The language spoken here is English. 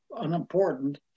unimportant